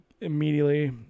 immediately